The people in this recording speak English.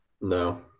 No